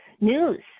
news